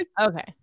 Okay